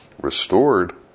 restored